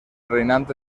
reinante